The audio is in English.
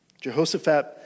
Jehoshaphat